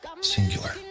singular